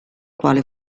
quale